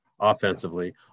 offensively